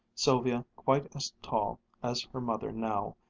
sylvia, quite as tall as her mother now,